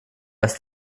ist